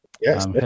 Yes